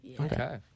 Okay